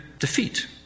defeat